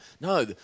No